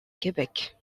québec